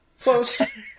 Close